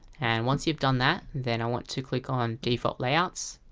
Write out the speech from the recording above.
and once you've done that, then i want to click on default layouts